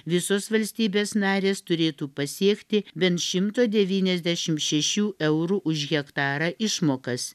visos valstybės narės turėtų pasiekti bent šimto devyniasdešim šešių eurų už hektarą išmokas